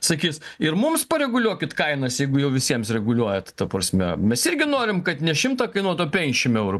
sakys ir mums pareguliuokit kainas jeigu jau visiems reguliuojat ta prasme mes irgi norim kad ne šimtą kainuotų o penkešim eurų